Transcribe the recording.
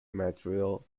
material